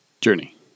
Journey